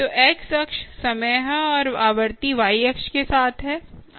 तो एक्स अक्ष समय है और आवृत्ति y अक्ष के साथ है